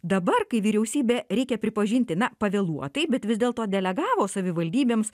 dabar kai vyriausybė reikia pripažinti na pavėluotai bet vis dėlto delegavo savivaldybėms